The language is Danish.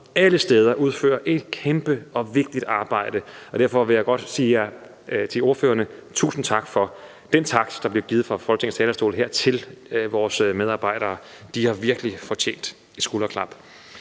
alle steder udfører et kæmpe og vigtigt arbejde, og derfor vil jeg godt sige til ordførerne: Tusind tak for den tak, der bliver givet fra Folketingets talerstol her, til vores medarbejdere. De har virkelig fortjent et skulderklap.